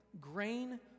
Grain